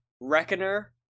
Reckoner